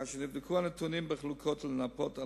כאשר נבדקו הנתונים בחלוקה לנפות,